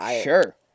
Sure